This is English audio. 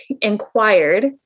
inquired